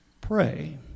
pray